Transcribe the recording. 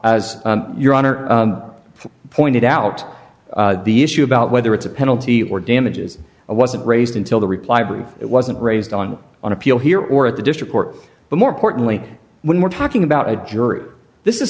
as your honor pointed out the issue about whether it's a penalty or damages or wasn't raised until the reply brief it wasn't raised on on appeal here or at the district court but more importantly when we're talking about a juror this is